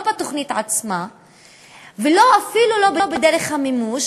בתוכנית עצמה ואפילו לא בדרך המימוש,